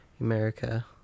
America